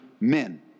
men